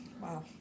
Wow